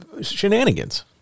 shenanigans